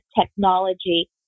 technology